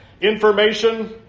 Information